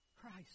Christ